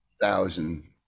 thousand